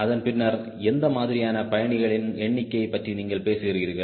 அதன் பின்னர் எந்த மாதிரியான பயணிகளின் எண்ணிக்கை பற்றி நீங்கள் பேசுகிறீர்கள்